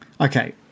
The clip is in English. Okay